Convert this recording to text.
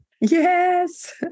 Yes